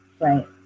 Right